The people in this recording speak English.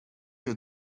your